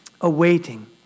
awaiting